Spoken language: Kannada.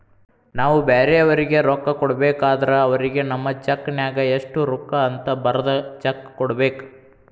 ನಾವು ಬ್ಯಾರೆಯವರಿಗೆ ರೊಕ್ಕ ಕೊಡಬೇಕಾದ್ರ ಅವರಿಗೆ ನಮ್ಮ ಚೆಕ್ ನ್ಯಾಗ ಎಷ್ಟು ರೂಕ್ಕ ಅಂತ ಬರದ್ ಚೆಕ ಕೊಡಬೇಕ